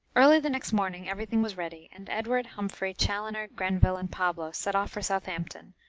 early the next morning every thing was ready, and edward, humphrey, chaloner, grenville, and pablo set off for southampton,